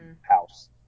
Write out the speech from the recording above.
house